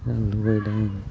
दा लुगैबाय दं आं